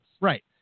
Right